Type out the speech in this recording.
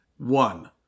One